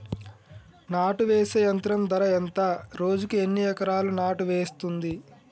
నాటు వేసే యంత్రం ధర ఎంత రోజుకి ఎన్ని ఎకరాలు నాటు వేస్తుంది?